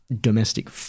domestic